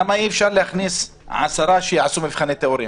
למה אי אפשר 5 שיעשו מבחני תיאוריה?